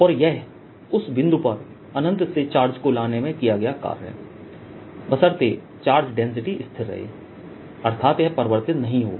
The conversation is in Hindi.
और यह उस बिंदु पर अनन्त से चार्ज को लाने में किया गया कार्य है बशर्ते चार्ज डेंसिटी स्थिर रहे अर्थात यह परिवर्तित नहीं हो